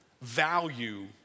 value